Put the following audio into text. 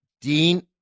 Dean